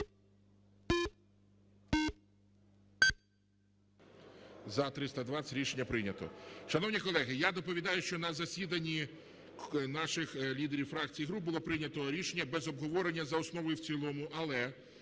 За-320 Рішення прийнято. Шановні колеги, я доповідаю, що на засіданні наших лідерів фракцій і груп було прийнято рішення без обговорення за основу і в цілому. Але